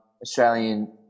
Australian